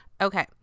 Okay